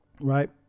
right